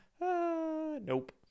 Nope